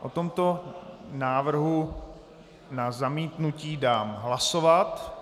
O tomto návrhu na zamítnutí dám hlasovat.